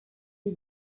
are